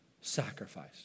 sacrifice